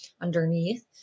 underneath